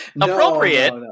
Appropriate